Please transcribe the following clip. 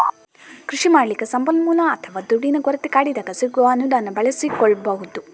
ಕೃಷಿ ಮಾಡ್ಲಿಕ್ಕೆ ಸಂಪನ್ಮೂಲ ಅಥವಾ ದುಡ್ಡಿನ ಕೊರತೆ ಕಾಡಿದಾಗ ಸಿಗುವ ಅನುದಾನ ಬಳಸಿಕೊಳ್ಬಹುದು